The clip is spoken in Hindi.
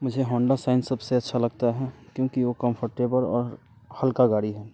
मुझे होंडा साइन सबसे अच्छा लगता है क्योंकि वो कम्फर्टेबल और हल्का गाड़ी है